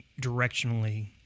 directionally